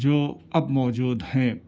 جو اب موجود ہیں